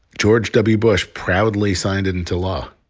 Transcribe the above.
george w. bush proudly signed it into law.